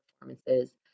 performances